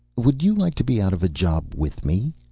would you like to be out of a job with me?